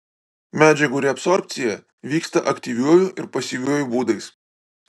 medžiagų reabsorbcija vyksta aktyviuoju ir pasyviuoju būdais